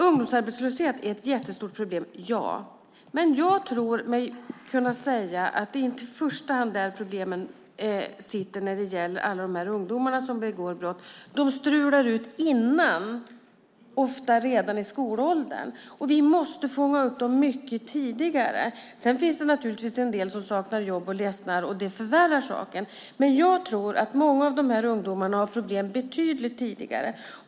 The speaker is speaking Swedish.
Ungdomsarbetslöshet är ett jättestort problem. Men jag tror mig kunna säga att det inte i första hand är där problemen sitter när det gäller alla de ungdomar som begår brott. De strular ut innan och ofta redan i skolåldern. Vi måste fånga upp dem mycket tidigare. Det finns naturligtvis en del som saknar jobb och ledsnar, och det förvärrar saken. Men jag tror att många av dessa ungdomar har problem betydligt tidigare.